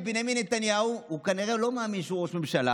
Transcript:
בנימין נתניהו"; הוא כנראה לא מאמין שהוא ראש ממשלה